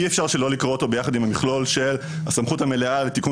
אי-אפשר שלא לקרוא אותו ביחד עם המכלול של הסמכות המלאה על תיקון